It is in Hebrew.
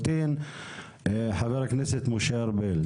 חבר הכנסת משה ארבל,